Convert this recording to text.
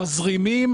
תזרימים,